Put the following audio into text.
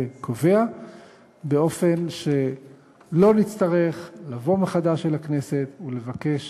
קובע באופן שלא נצטרך לבוא מחדש אל הכנסת ולבקש